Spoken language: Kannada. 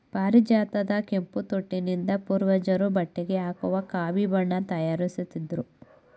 ಪಾರಿಜಾತದ ಕೆಂಪು ತೊಟ್ಟಿನಿಂದ ಪೂರ್ವಜರು ಬಟ್ಟೆಗೆ ಹಾಕುವ ಕಾವಿ ಬಣ್ಣ ತಯಾರಿಸುತ್ತಿದ್ರು